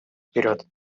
вперед